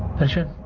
picture,